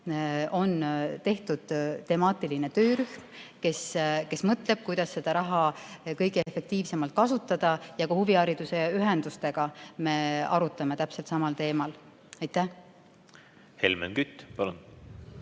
on tehtud temaatiline töörühm, kes mõtleb, kuidas seda raha kõige efektiivsemalt kasutada, ja ka huvihariduse ühendustega me arutame neid teemasid. Helmen Kütt, palun!